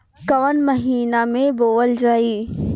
धान कवन महिना में बोवल जाई?